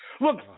look